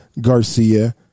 Garcia